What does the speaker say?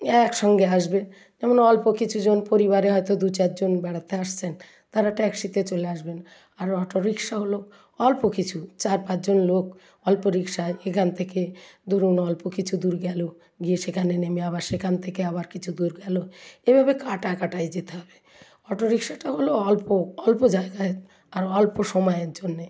একসঙ্গে আসবে যেমন অল্প কিছু জন পরিবারে হয়তো দুচার জন বেড়াতে আসছেন তারা ট্যাক্সিতে চলে আসবেন আর অটো রিক্সাগুলো অল্প কিছু চার পাঁচ জন লোক অল্প রিক্সায় এখান থেকে ধরুন অল্প কিছু দূর গেলো গিয়ে সেখানে নেমে আবার সেখান থেকে আবার কিছু দূর গেলো এইভাবে কাটায় কাটায় যেতে হবে অটো রিক্সাটা হলো অল্প অল্প জায়গায় আরো অল্প সময়ের জন্যে